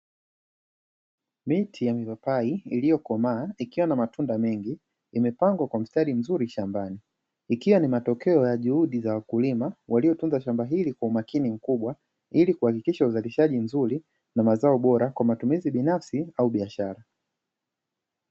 Miti ya mipapai iliyokomaa ikiwa na matunda mengi, imepangwa kwa mstari mzuri shambani. Ikiwa ni matokea ya juhudi za wakulima waliotunza shamba hili kwa umakini mkubwa ili kuhakikisha uzalishaji mzuri na mazao bora kwa matumizi binafsi au biashara.